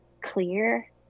clear